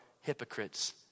hypocrites